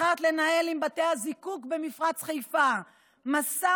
בחרת לנהל עם בתי הזיקוק במפרץ חיפה משא